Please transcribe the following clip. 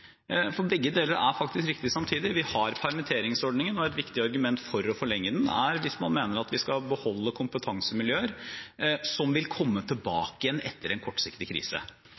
for begge deler er faktisk riktig samtidig: Vi har permitteringsordningen, og et viktig argument for å forlenge den er at man mener vi skal beholde kompetansemiljøer som vil komme tilbake igjen etter en kortsiktig krise.